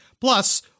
Plus